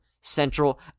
Central